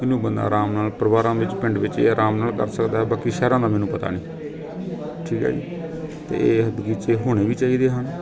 ਇਹਨੂੰ ਬੰਦਾ ਆਰਾਮ ਨਾਲ ਪਰਿਵਾਰਾਂ ਵਿੱਚ ਪਿੰਡ ਵਿੱਚ ਆਰਾਮ ਨਾਲ ਕਰ ਸਕਦਾ ਬਾਕੀ ਸ਼ਹਿਰਾਂ ਦਾ ਮੈਨੂੰ ਪਤਾ ਨਹੀਂ ਠੀਕ ਹੈ ਜੀ ਅਤੇ ਬਗੀਚੇ ਹੋਣੇ ਵੀ ਚਾਹੀਦੇ ਹਨ